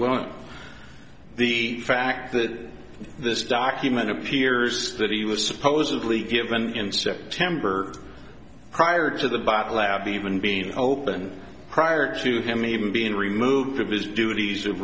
won't the fact that this document appears that he was supposedly given in september prior to the battle lab even being open prior to him even being removed of his duties of